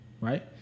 right